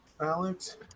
Alex